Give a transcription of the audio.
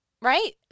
right